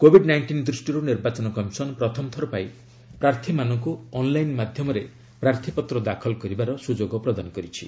Covid nineteen ଦୃଷ୍ଟିରୁ ନିର୍ବାଚନ commission ପ୍ରଥମ ଥରପାଇଁ ପ୍ରାର୍ଥୀମାନଙ୍କୁ ଅନ୍ଲାଇନ୍ ମାଧ୍ୟମରେ ପ୍ରାର୍ଥୀପତ୍ର ଦାଖଲ କରିବାର ସୁଯୋଗ ପ୍ରଦାନ କରିଛି